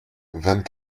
vingt